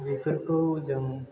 बेफोरखौ जों